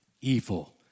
evil